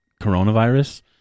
coronavirus